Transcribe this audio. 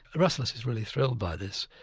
rasselas is really thrilled by this,